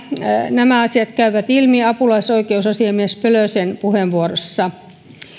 nämä asiat käyvät ilmi apulaisoikeusasiamies pölösen puheenvuorossa